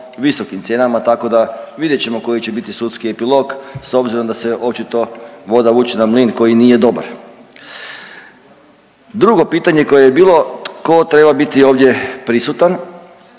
visokim cijenama, tako da vidjet ćemo koji će biti sudski epilog s obzirom da se očito voda vuče na mlin koji nije dobar. Drugo pitanje koje je bilo tko treba biti ovdje prisutan.